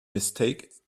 mistake